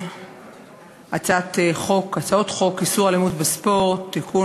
הצעות חוק איסור אלימות בספורט (תיקון,